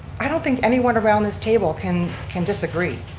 i don't think anyone around this table can can disagree.